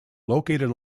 located